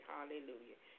Hallelujah